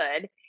good